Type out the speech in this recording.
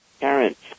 parents